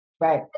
Right